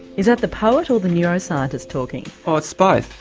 is that the poet or the neuroscientist talking? oh it's both,